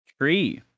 Tree